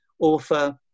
author